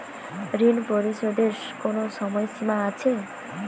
ঋণ পরিশোধের কোনো সময় সীমা আছে?